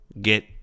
get